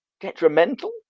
detrimental